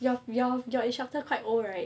your your you instructor quite old right